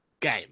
game